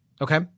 Okay